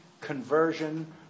conversion